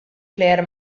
plejer